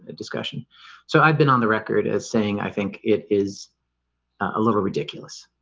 ah discussion so i've been on the record as saying i think it is a little ridiculous,